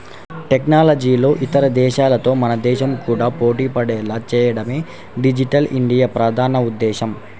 టెక్నాలజీలో ఇతర దేశాలతో మన దేశం కూడా పోటీపడేలా చేయడమే డిజిటల్ ఇండియా ప్రధాన ఉద్దేశ్యం